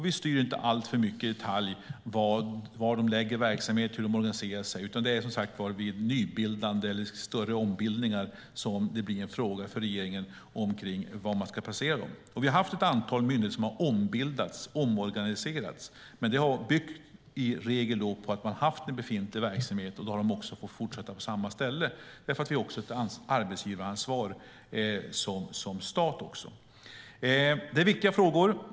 Vi styr inte så mycket i detalj var de lägger sin verksamhet och hur de organiserar sig, utan det är som sagt vid nybildning eller större ombildningar som det blir en fråga för regeringen var man ska placera myndigheterna. Vi har haft ett antal myndigheter som ombildats eller omorganiserats, men det har i regel byggt på att man haft en befintlig verksamhet. Då har man också fått fortsätta på samma ställe, eftersom vi även har ett arbetsgivaransvar som stat. Det är viktiga frågor.